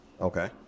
okay